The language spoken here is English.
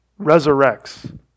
resurrects